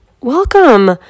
welcome